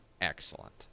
excellent